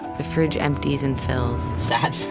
the fridge empties and fills, sad